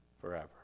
forever